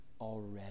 already